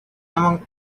among